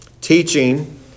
teaching